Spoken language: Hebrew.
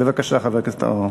בבקשה, חבר הכנסת אבו עראר.